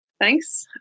Thanks